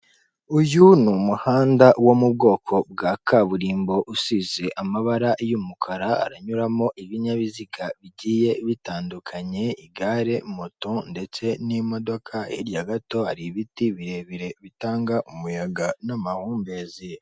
Uyu ni umuhanda wo mu bwoko bwa kaburimbo usize amabara y'umukara, haranyuramo ibinyabiziga bigiye bitandukanye igare, moto ndetse n'imodoka .Hirya gato hari ibiti birebire bitanga n'amahumbezi.